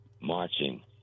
marching